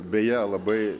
beje labai